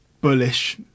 bullish